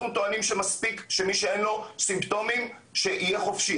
אנחנו טוענים שמספיק שמי שאין לו סימפטומים שיהיה חופשי.